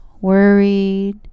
worried